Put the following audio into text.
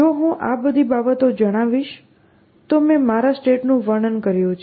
જો હું આ બધી બાબતો જણાવીશ તો મેં મારા સ્ટેટનું વર્ણન કર્યું છે